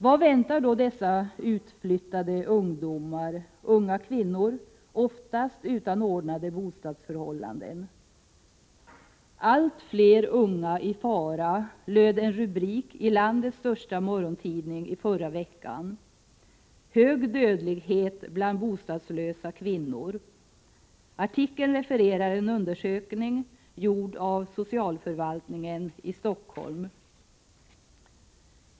Vad väntar då dessa utflyttade ungdomar, unga kvinnor, som oftast inte har ordnade bostadsförhållanden? ”Allt fler unga i fara”, löd en rubrik i landets största morgontidning i förra veckan. Där stod också: ”Hög dödlighet bland bostadslösa kvinnor.” I artikeln refereras en undersökning, gjord av socialförvaltningen i Stockholm.